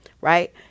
right